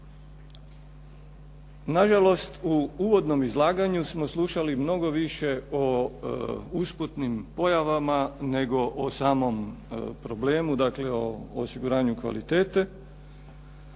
Na žalost u uvodnom izlaganju smo slušali mnogo više o usputnim pojavama, nego o samom problemu dakle o osiguranju kvalitete.